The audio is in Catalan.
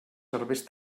serveis